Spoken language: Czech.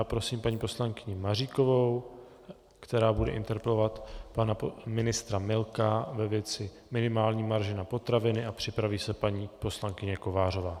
Poprosím paní poslankyni Maříkovou, která bude interpelovat pana ministra Milka ve věci minimální marže na potraviny, a připraví se paní poslankyně Kovářová.